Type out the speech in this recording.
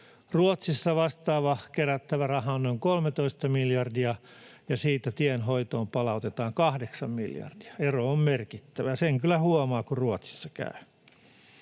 Ruotsissa vastaava kerättävä raha on noin 13 miljardia, ja siitä tienhoitoon palautetaan 8 miljardia. Ero on merkittävä, ja sen kyllä huomaa, kun Ruotsissa käy.